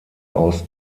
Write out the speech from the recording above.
aus